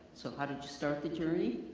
so how did you start the journey,